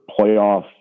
playoff